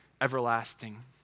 everlasting